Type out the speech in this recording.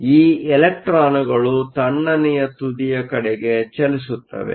ಆದ್ದರಿಂದ ಈ ಇಲೆಕ್ಟ್ರಾನ್ಗಳು ತಣ್ಣನೆಯ ತುದಿಯ ಕಡೆಗೆ ಚಲಿಸುತ್ತವೆ